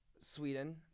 Sweden